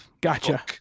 Gotcha